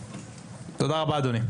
תודה רבה אדוני.